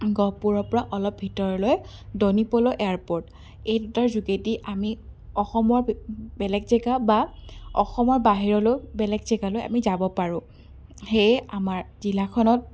গহপুৰৰ পৰা অলপ ভিতৰলৈ ডনিপ'ল' এয়াৰপৰ্ট এই দুটাৰ যোগেদি আমি অসমৰ বেলেগ জেগা বা অসমৰ বাহিৰলৈও বেলেগ জেগালৈ আমি যাব পাৰোঁ সেয়ে আমাৰ জিলাখনত